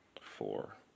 four